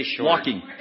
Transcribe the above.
Walking